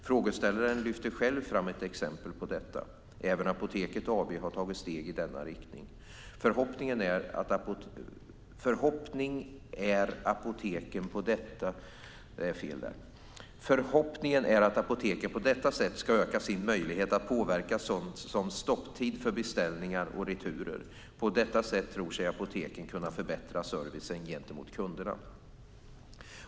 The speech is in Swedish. Frågeställaren lyfter själv fram ett exempel på detta. Även Apoteket AB har tagit steg i denna riktning. Förhoppningen är att apoteken på detta sätt ska öka sin möjlighet att påverka sådant som stopptid för beställningar och returer. På detta sätt tror sig apoteken kunna förbättra servicen gentemot kunderna.